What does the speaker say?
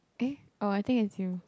eh oh I think it's you